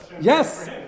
yes